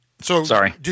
Sorry